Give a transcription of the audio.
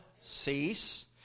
cease